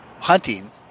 hunting